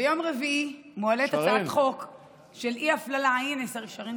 ביום רביעי מועלית הצעת חוק של אי-הפללה, שרן.